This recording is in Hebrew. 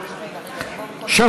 התשע"ז 2017,